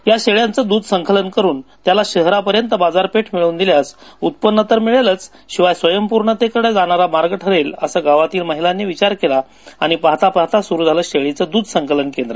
या शेळ्यांचे दुध संकलन करून त्याला शहरापर्यंत बाजारपेठ मिळवून दिल्यास उत्पन्न तर मिळेलच शिवाय स्वयंपूर्णतेकडे जाणारा मार्ग ठरेल असा गावातील महिलांनी विचार केला आणि पाहता पाहता सुरू झालं शेळीचं दूध संकलन केंद्र